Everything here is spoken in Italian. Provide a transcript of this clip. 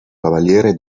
cavaliere